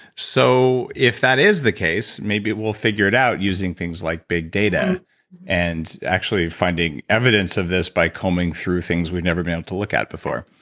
so, if that is the case, maybe we'll figure it out using things like big data and actually finding evidence of this by combing through things we've never been able to look at before.